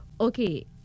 okay